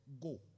go